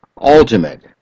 ultimate